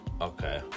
Okay